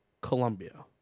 Colombia